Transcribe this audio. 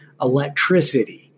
electricity